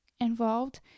involved